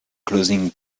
clothing